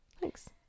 thanks